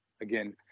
again